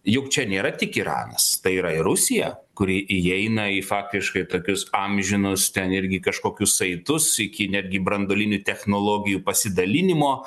juk čia nėra tik iranas tai yra ir rusija kuri įeina į faktiškai tokius amžinus ten irgi kažkokius saitus iki netgi branduolinių technologijų pasidalinimo